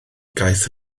gaeth